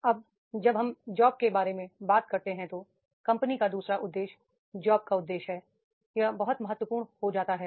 अब जब हम जॉब के बारे में बात करते हैं तो कंपनी का दू सरा उद्देश्य जॉब का उद्देश्य है यह बहुत महत्वपूर्ण हो जाता है